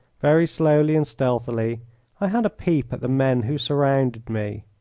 very slowly and stealthily i had a peep at the men who surrounded me.